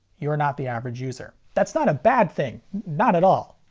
you're not the average user. that's not a bad thing, not at all!